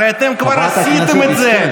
הרי אתם כבר עשיתם את זה,